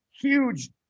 huge